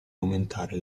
aumentare